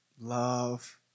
love